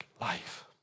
life